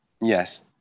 yes